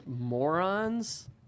morons